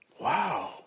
Wow